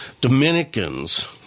Dominicans